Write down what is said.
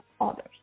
others